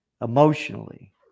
emotionally